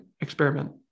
experiment